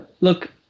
look